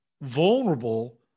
vulnerable